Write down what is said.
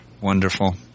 Wonderful